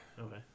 okay